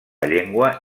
llengua